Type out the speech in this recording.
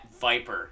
viper